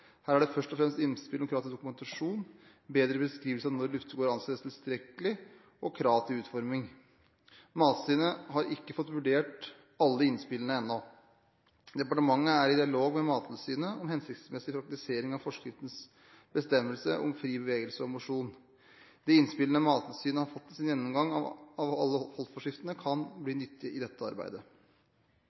Her er det først og fremst innspill om krav til dokumentasjon, bedre beskrivelse av når luftegård anses tilstrekkelig, og krav til utforming. Mattilsynet har ikke fått vurdert alle innspillene ennå. Departementet er i dialog med Mattilsynet om hensiktsmessig ratifikasjon av forskriftens bestemmelse om fri bevegelse og mosjon. De innspillene Mattilsynet har fått i sin gjennomgang av alle holdforskriftene, kan bli nyttige i dette arbeidet.